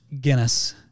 Guinness